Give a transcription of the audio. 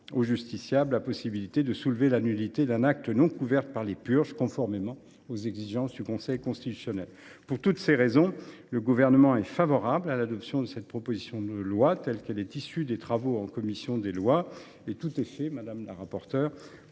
au justiciable la possibilité de soulever la nullité d’un acte non couverte par les purges, conformément aux exigences du Conseil constitutionnel. Pour toutes ces raisons, le Gouvernement est favorable à l’adoption de la proposition de loi, telle qu’elle est issue des travaux en commission des lois, et tout est fait, madame la rapporteure,